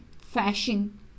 fashion